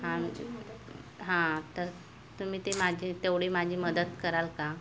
हां तर तुम्ही ते माझी तेवढी माझी मदत कराल का